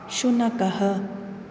शुनकः